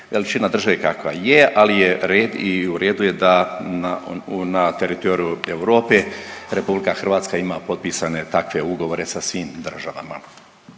veličina države kakva je, ali je red i u redu je da na teritoriju Europe RH ima potpisane takve ugovore sa svim državama.